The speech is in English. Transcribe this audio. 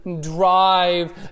drive